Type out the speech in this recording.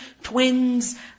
twins